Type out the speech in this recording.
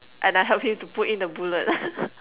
and I help him to put in the bullet